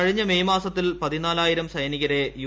കഴിഞ്ഞ മേയ് മാസത്തിൽ പതിനാലായിരം സൈനികരെ യു